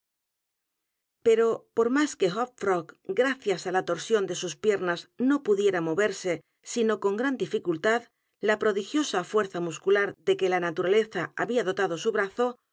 f r o p gracias á la torsión d e sus piernas no pudiera moverse sino con gran dificultad la prodigiosa fuerza muscular de que la n a t u r a leza había dotado su brazo